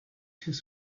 his